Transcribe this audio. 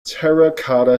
terracotta